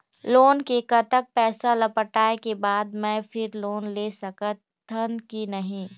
Loan के कतक पैसा ला पटाए के बाद मैं फिर लोन ले सकथन कि नहीं?